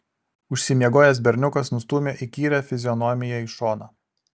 užsimiegojęs berniukas nustūmė įkyrią fizionomiją į šoną